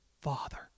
father